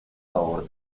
favor